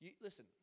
Listen